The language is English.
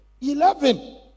Eleven